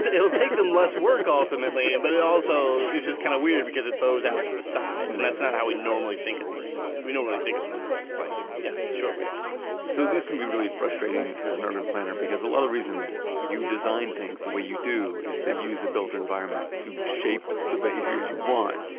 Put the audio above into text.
it will take them less work ultimately, and but it also is just kind of weird because it bows out to the side. and that's not how we normally think of these things. we normally think of them as just like, yeah, the short way across so these can be really frustrating as an urban planner because a lot of the reason you design things they way you do is to use the built environment to shape the behavior you want.